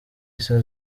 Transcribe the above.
issa